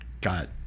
got